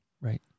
Right